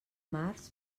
març